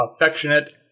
affectionate